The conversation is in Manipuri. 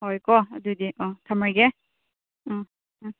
ꯍꯣꯏ ꯀꯣ ꯑꯗꯨꯗꯤ ꯑꯥ ꯊꯝꯃꯒꯦ ꯎꯝ ꯎꯝ